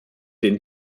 den